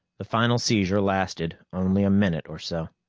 the final seizure lasted only a minute or so.